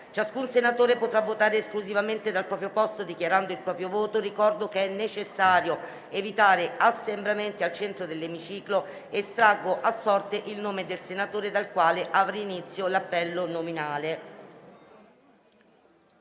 Ciascun senatore potrà votare esclusivamente dal proprio posto, dichiarando il proprio voto. Ricordo che è necessario evitare assembramenti al centro dell'emiciclo. Estraggo a sorte il nome del senatore dal quale avrà inizio l'appello nominale.